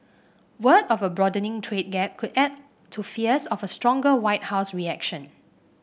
word of a broadening trade gap could add to fears of a stronger White House reaction